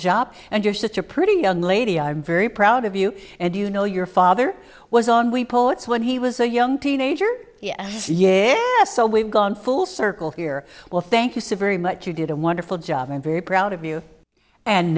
job and you're such a pretty young lady i'm very proud of you and you know your father was on we poets when he was a young teenager yeah yeah so we've gone full circle here well thank you so very much you did a wonderful job i'm very proud of you and